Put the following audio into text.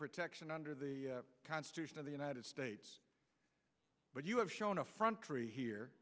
protection under the constitution of the united states but you have shown a front tree here